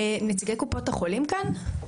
נציגי קופות החולים כאן?